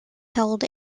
held